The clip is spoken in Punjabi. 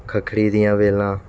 ਖੱਖੜੀ ਦੀਆਂ ਵੇਲਾਂ